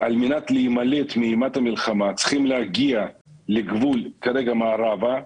על מנת להימלט מאימת המלחמה צריכים להגיע לגבול כרגע מערבה.